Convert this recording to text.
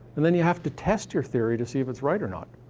and then you have to test your theory to see if it's right or not.